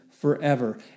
forever